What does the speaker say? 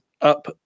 up